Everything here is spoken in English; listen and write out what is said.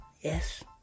Yes